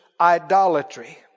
idolatry